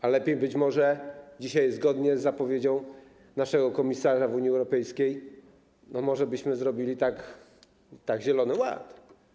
A lepiej być może dzisiaj zgodnie z zapowiedzią naszego komisarza w Unii Europejskiej, może byśmy tak zrobili Zielony Ład?